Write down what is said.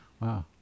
Wow